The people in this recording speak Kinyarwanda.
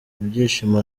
ibyishimo